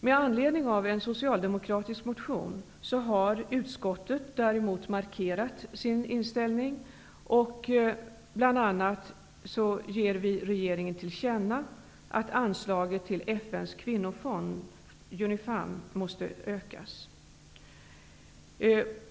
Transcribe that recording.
Med anledning av en socialdemokratisk motion har utskottet däremot markerat sin inställning. Bl.a. ger utskottet regeringen till känna att anslaget till FN:s kvinnofond Unifem skall ökas.